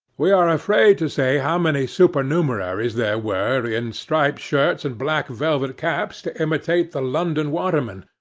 we are afraid to say how many supernumeraries there were, in striped shirts and black velvet caps, to imitate the london watermen,